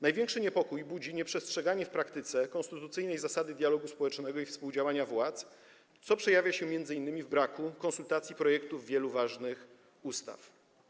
Największy niepokój budzi nieprzestrzeganie w praktyce konstytucyjnej zasady dialogu społecznego i współdziałania władz, co przejawia się m.in. w braku konsultacji projektów wielu ważnych ustaw.